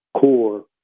core